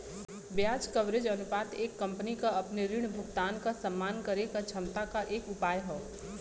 ब्याज कवरेज अनुपात एक कंपनी क अपने ऋण भुगतान क सम्मान करे क क्षमता क एक उपाय हौ